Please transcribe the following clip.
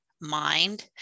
mind